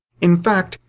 in fact,